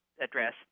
address